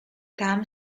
tam